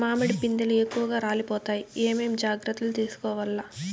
మామిడి పిందెలు ఎక్కువగా రాలిపోతాయి ఏమేం జాగ్రత్తలు తీసుకోవల్ల?